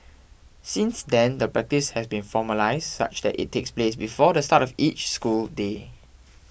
since then the practice has been formalised such that it takes place before the start of each school day